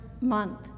month